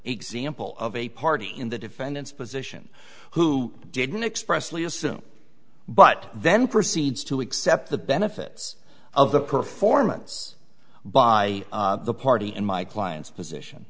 example of a party in the defendant's position who didn't express lee assume but then proceeds to accept the benefits of the performance by the party in my client's position